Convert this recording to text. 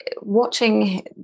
watching